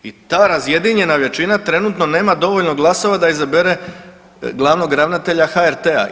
I ta razjedinjena većina trenutno nema dovoljno glasova da izabere glavnog ravnatelja HRT-a.